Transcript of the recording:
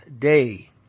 day